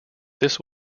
this